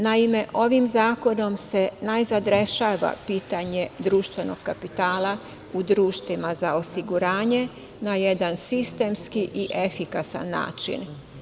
Naime, ovim zakonom se najzad rešava pitanje društvenog kapitala u društvima za osiguranje na jedan sistemski i efikasan način.